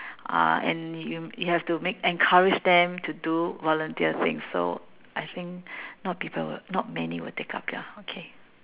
uh and you you have to make encourage them to do volunteer things so I think not people will not many will take up ya okay